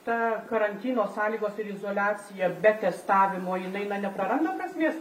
ta karantino sąlygos ir izoliacija be testavimo jinai na nepraranda prasmės